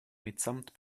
mitsamt